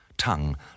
Tongue